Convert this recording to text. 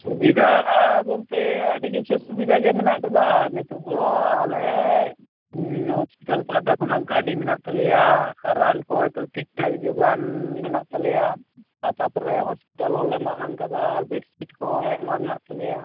ᱥᱩᱵᱤᱫᱷᱟ ᱵᱚᱞᱛᱮ ᱟᱹᱰᱤ ᱠᱤᱪᱷᱩ ᱥᱩᱵᱤᱫᱷᱟ ᱜᱮ ᱢᱮᱱᱟᱜ ᱟᱠᱟᱫᱟ ᱱᱤᱛᱚᱜ ᱫᱚ ᱟᱞᱮ ᱦᱚᱥᱯᱤᱴᱟᱞ ᱯᱥᱴᱟ ᱠᱷᱚᱱᱟᱜ ᱜᱟᱹᱰᱤ ᱢᱮᱱᱟᱜ ᱛᱟᱞᱮᱭᱟ ᱨᱟᱱ ᱠᱚᱦᱚᱸ ᱴᱷᱤᱠ ᱴᱷᱟᱠ ᱡᱳᱜᱟᱱ ᱢᱮᱱᱟᱜ ᱛᱟᱞᱮᱭᱟ ᱛᱟᱨᱯᱚᱨᱮ ᱦᱚᱥᱯᱤᱴᱟᱞ ᱦᱚᱞᱮ ᱢᱟᱨᱟᱝ ᱟᱠᱟᱫᱟ ᱵᱮᱰ ᱥᱤᱴ ᱠᱚᱦᱚᱸ ᱟᱭᱢᱟ ᱢᱮᱱᱟᱜ ᱛᱟᱞᱮᱭᱟ